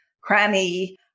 cranny